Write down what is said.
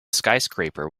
skyscraper